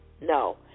No